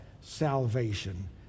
salvation